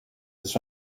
his